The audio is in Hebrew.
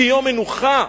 כיום מנוחה,